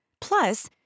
Plus